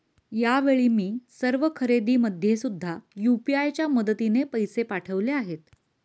यावेळी मी सर्व खरेदीमध्ये सुद्धा यू.पी.आय च्या मदतीने पैसे पाठवले आहेत